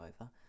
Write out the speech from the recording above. over